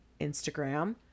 Instagram